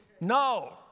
No